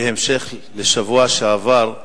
בהמשך לשבוע שעבר,